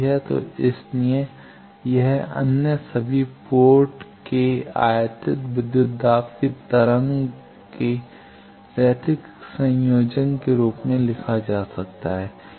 तो इसीलिए −¿ अन्य सभी पोर्ट के आयातित विद्युत दाब की तरंगें के रैखिक संयोजन के रूप में लिखा जा सकता है